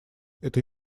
этой